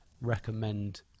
recommend